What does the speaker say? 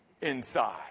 inside